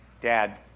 Dad